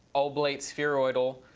oblate spheroidal,